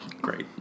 great